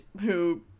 who-